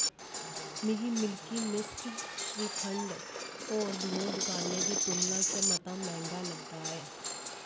मिगी Milky Mist shrikhand होर दूइयें दकानें दी तुलना च मता मैंह्गा लगदा ऐ